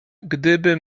gdyby